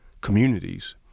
communities